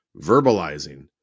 verbalizing